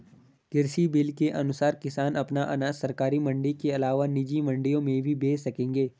कृषि बिल के अनुसार किसान अपना अनाज सरकारी मंडी के अलावा निजी मंडियों में भी बेच सकेंगे